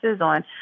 on